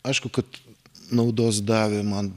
aišku kad naudos davė man